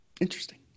Interesting